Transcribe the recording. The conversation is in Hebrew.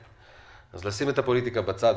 צריך לשים את הפוליטיקה בצד,